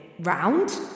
Round